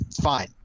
fine